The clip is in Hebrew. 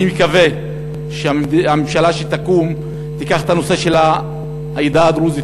אני מקווה שהממשלה שתקום תיקח את הנושא של העדה הדרוזית